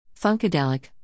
Funkadelic